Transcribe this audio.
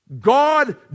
God